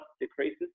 decreases